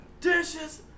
Dishes